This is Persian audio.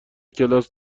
کلاس